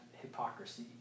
hypocrisy